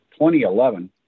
2011